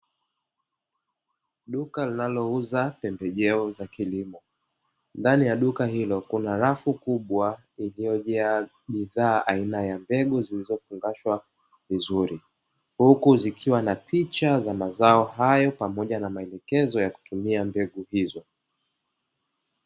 Duka linalouza pembejeo za kilimo, ndani ya duka hilo kuna rafu kubwa iliyojaa bidhaa, aina ya mbegu zilizofungashwa vizuri, huku zikiwa na picha za mazao hayo pamoja na maelekezo ya kutumia mbegu hizo.